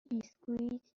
بیسکوییت